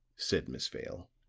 said miss vale.